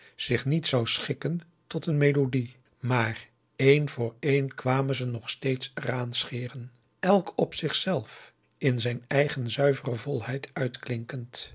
zich niet zou schikken tot een melodie maar éen voor éen kwamen ze nog steeds er aan scheren elk op zich zelf in zijn eigen zuivere volheid